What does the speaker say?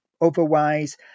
Otherwise